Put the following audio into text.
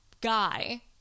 guy